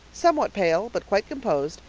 somewhat pale but quite composed,